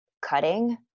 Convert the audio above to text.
cutting